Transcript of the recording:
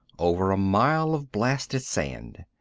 over a mile of blasted sand.